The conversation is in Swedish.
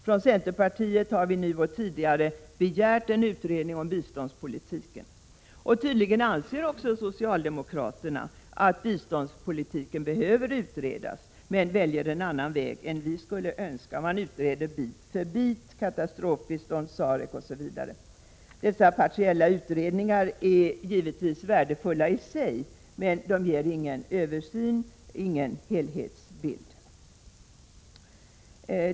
Från centerpartiet har vi nu och tidigare begärt en utredning om biståndspolitiken. Tydligen anser också socialdemokraterna att biståndspolitiken behöver utredas. Men de väljer en annan väg än vi skulle önska. De utreder bit för bit; katastrofbiståndet, SAREC osv. Dessa partiella utredningar är givetvis värdefulla i sig, men de ger ingen översyn, ingen helhetsbild.